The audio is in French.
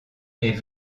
est